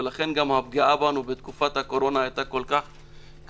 ולכן גם הפגיעה בנו בתקופת הקורונה היתה כל כך קשה,